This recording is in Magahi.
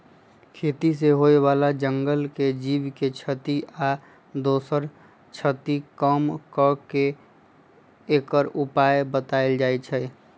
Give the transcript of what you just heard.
खेती से होय बला जंगल के जीव के क्षति आ दोसर क्षति कम क के एकर उपाय् बतायल जाइ छै